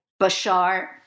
Bashar